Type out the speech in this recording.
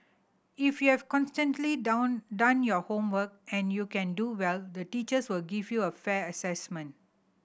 if you have consistently done done your homework and you can do well the teachers will give you a fair assessment